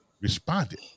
responded